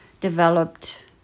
developed